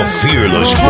fearless